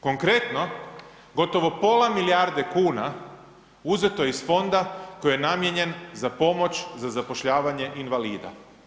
Konkretno, gotovo pola milijarde kuna uzeto je iz fonda koji je namijenjen za pomoć za zapošljavanje invalida.